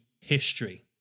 history